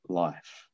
life